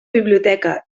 biblioteca